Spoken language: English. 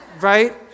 Right